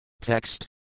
Text